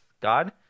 God